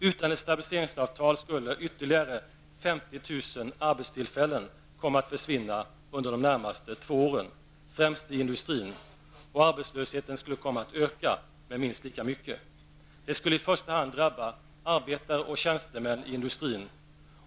Utan ett stabiliseringsavtal skulle ytterligare 50 000 arbetstillfällen komma att försvinna under de närmaste två åren, främst i industrin, och arbetslösheten skulle komma att öka med minst lika mycket. Det skulle i första hand drabba arbetare och tjänstemän inom industrin